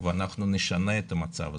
ואנחנו נשנה את המצב הזה.